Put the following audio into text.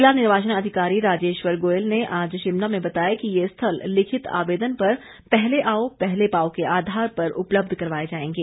जिला निर्वाचन अधिकारी राजेश्वर गोयल ने आज शिमला में बताया कि ये स्थल लिखित आवेदन पर पहले आओ पहले पाओ के आधार पर उपलब्ध करवाए जाएंगे